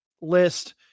list